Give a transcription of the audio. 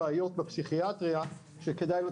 מתייחס לפסיכיאטריה.